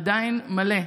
עדיין מלא.